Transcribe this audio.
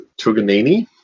Tuganini